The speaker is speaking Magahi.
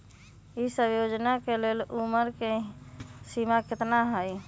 ई सब योजना के लेल उमर के सीमा केतना हई?